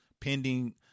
pending